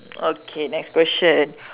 okay next question